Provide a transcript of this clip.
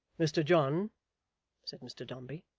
mr john said mr dombey,